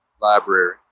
library